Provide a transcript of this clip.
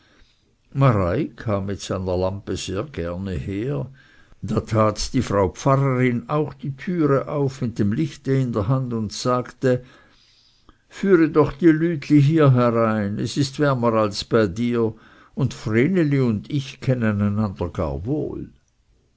sehr gerne her da tat die frau pfarrerin auch die türe auf mit dem lichte in der hand und sagte führe doch die lütli hier herein es ist wärmer als bei dir und vreneli und ich kennen einander gar wohl